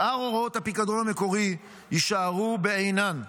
שאר הוראות הפיקדון המקורי יישארו בעינן.